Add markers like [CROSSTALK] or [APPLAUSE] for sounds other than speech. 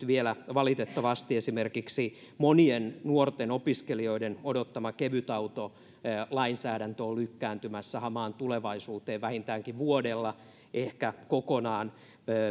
[UNINTELLIGIBLE] vielä valitettavasti esimerkiksi monien nuorten opiskelijoiden odottama kevytautolainsäädäntö on lykkääntymässä hamaan tulevaisuuteen vähintäänkin vuodella ehkä kokonaan